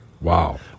Wow